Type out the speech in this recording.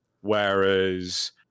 whereas